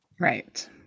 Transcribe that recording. Right